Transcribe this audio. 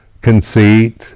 conceit